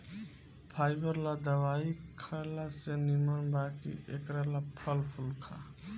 fibre ला दवाई खएला से निमन बा कि एकरा ला फल फूल खा